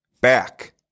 Back